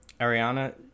ariana